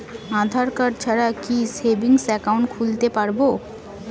আধারকার্ড ছাড়া কি savings account খুলতে পারব?